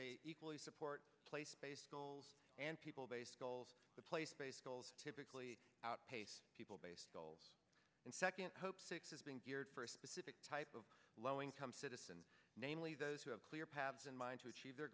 they equally support place based goals and people based goals the place based goals typically outpace people based goals and second hope six is being geared for a specific type of low income citizen namely those who have clear paths in mind to achieve their